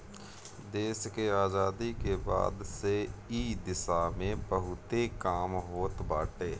देस के आजादी के बाद से इ दिशा में बहुते काम होत बाटे